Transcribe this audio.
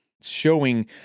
showing